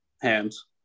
Hands